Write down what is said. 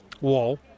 wall